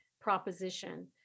proposition